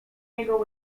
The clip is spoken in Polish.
niego